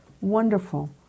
wonderful